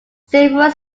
several